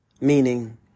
meaning